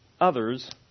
others